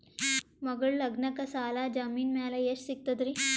ಮಗಳ ಲಗ್ನಕ್ಕ ಸಾಲ ಜಮೀನ ಮ್ಯಾಲ ಎಷ್ಟ ಸಿಗ್ತದ್ರಿ?